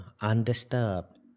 undisturbed